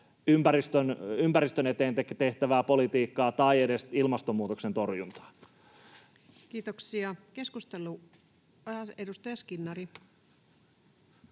ympäristön eteen tehtävää politiikkaa tai edes ilmastonmuutoksen torjuntaa. Kiitoksia. — Edustaja Skinnari.